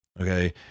okay